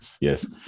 yes